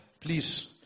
please